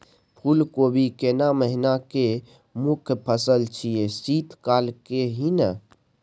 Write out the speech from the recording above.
फुल कोबी केना महिना के मुखय फसल छियै शीत काल के ही न?